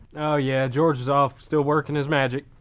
oh yeah, george is off still working his magic.